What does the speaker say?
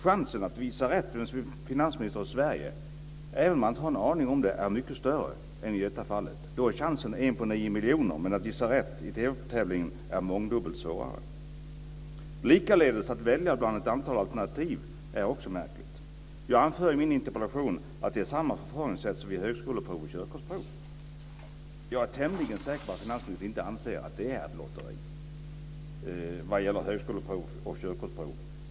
Chansen att gissa rätt på frågan om vem som är finansminister i Sverige, även om man inte har en aning om det, är mycket större. Chansen i detta fall är 1 på 9 miljoner, men att gissa rätt i TV-tävlingen är mångdubbelt svårare. Likaledes är det märkligt att anse det vara lotteri att välja bland ett antal alternativ. Jag anför i min interpellation att det är samma förfaringssätt som vid högskoleprov och körkortsprov. Jag är tämligen säker på att finansministern inte anser att högskoleprov och körkortsprov är lotteri.